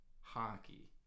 hockey